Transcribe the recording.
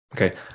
okay